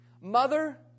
Mother